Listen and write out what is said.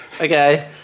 Okay